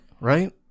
right